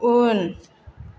उन